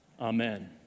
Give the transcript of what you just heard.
Amen